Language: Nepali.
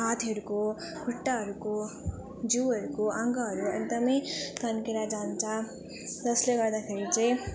हातहरूको खुट्टाहरूको जिउहरूको अङ्गहरू एकदम तन्केर जान्छ जसले गर्दाखेरि चाहिँ